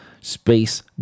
space